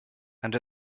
and